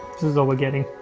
this is all we're getting.